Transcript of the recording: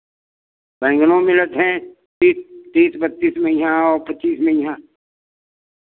बैंगनों में रखे तीस तीस बत्तीस में हिँया आओ पच्चीस में हिँया